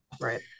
Right